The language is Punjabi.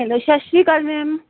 ਹੈਲੋ ਸਤਿ ਸ਼੍ਰੀ ਅਕਾਲ ਮੈਮ